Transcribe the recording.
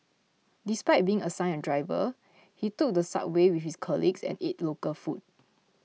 despite being assigned a driver he took the subway with his colleagues and ate local food